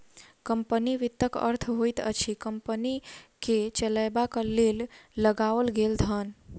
company वित्तक अर्थ होइत अछि कम्पनी के चलयबाक लेल लगाओल गेल धन